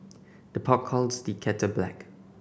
the pot calls the kettle black